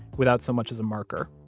without so much as a marker.